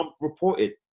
reported